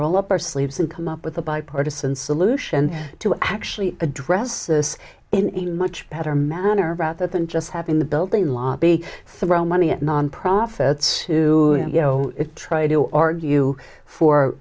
roll up our sleeves and come up with a bipartisan solution to actually address this in a much better manner rather than just having the building lobby throw money at nonprofits to you know try to argue for